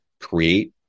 create